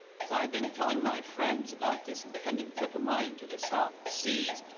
as i've been telling my friends about this impending trip of mine to the south seas,